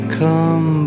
come